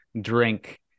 drink